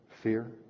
Fear